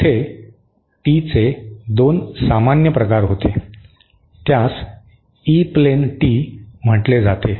तेथे टीचे 2 सामान्य प्रकार होते त्यास ई प्लेन टी म्हटले जाते